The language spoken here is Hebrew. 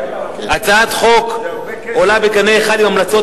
הצעת החוק עולה בקנה אחד עם המלצות